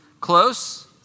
Close